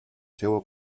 seua